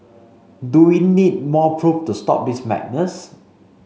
do we need more proof to stop this madness